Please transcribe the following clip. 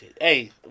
Hey